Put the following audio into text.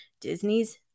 Disney's